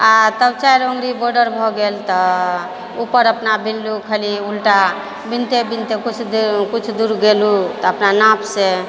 आ तब चारि अङ्गुरी बॉर्डर भऽ गेल तऽ ऊपर अपना बिनलहुँ खाली उल्टा बिनते बिनते किछु देर किछु दूर गेलहुँ तऽ अपना नापसँ